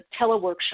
teleworkshop